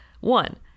One